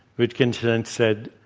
ritkenstein and said,